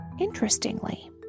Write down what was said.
Interestingly